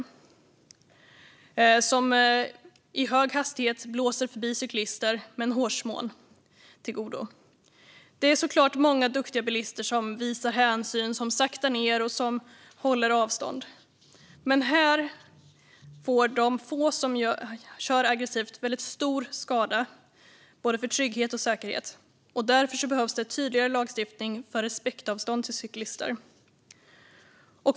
Bilister blåser i hög hastighet förbi cyklister med en hårsmån till godo. Det finns såklart många duktiga bilister som visar hänsyn, saktar ned och håller avstånd, men här gör de få som kör aggressivt väldigt stor skada både för tryggheten och för säkerheten. Därför behövs det tydligare lagstiftning för respektavstånd till cyklister.